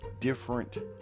different